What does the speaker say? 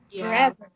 forever